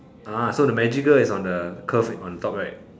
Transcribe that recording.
ah so the magical is on the curve on top right